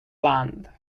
land